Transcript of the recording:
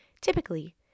Typically